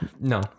No